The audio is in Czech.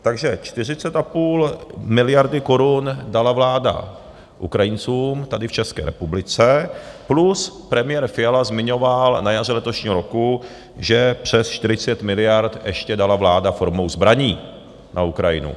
Takže 40,5 miliardy korun dala vláda Ukrajincům tady v České republice, plus premiér Fiala zmiňoval na jaře letošního roku, že přes 40 miliard ještě dala vláda formou zbraní na Ukrajinu.